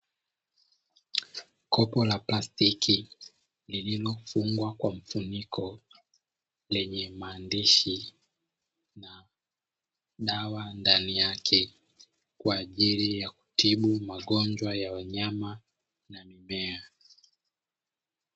Kopo la plastiki lililofungwa kwa mfuniko lenye maandishi na dawa ndani yake kwa ajili ya kutibu magonjwa ya wanyama na mimea.